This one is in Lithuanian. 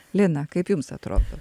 lina kaip jums atrodo